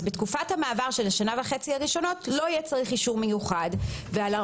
אז בתקופת המעבר של השנה וחצי הראשונות לא יהיה צריך אישור מיוחד והרופא